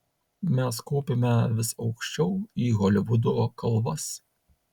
mes kopėme vis aukščiau į holivudo kalvas